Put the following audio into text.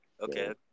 Okay